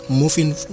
moving